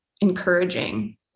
encouraging